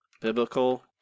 Biblical